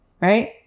right